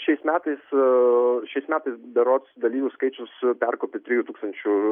šiais metais berods dalyvių skaičius perkopė trijų tūkstančių